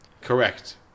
correct